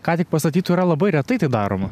ką tik pastatytų yra labai retai tai daroma